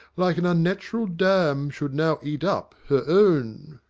like an unnatural dam should now eat up her own!